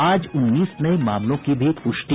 आज उन्नीस नये मामलों की पुष्टि